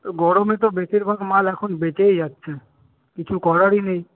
তো গরমে তো বেশীরভাগ মাল এখন বেঁচেই যাচ্ছে কিছু করারই নেই